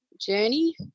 journey